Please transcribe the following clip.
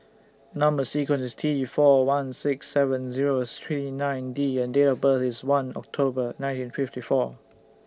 Number sequence IS T four one six seven Zero three nine D and Date of birth IS one October nineteen fifty four